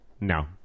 No